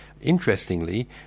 Interestingly